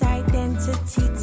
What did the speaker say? identity